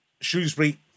Shrewsbury